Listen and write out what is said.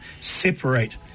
separate